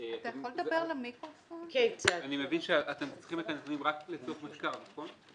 אני מבין שאתם צריכים את זה רק לצורך מחקר, נכון?